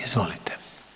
Izvolite.